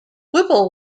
whipple